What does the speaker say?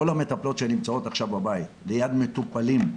כל המטפלות שנמצאות עכשיו בבית ליד מטופלים,